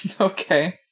Okay